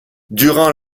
durant